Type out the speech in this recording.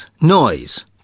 noise